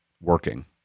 working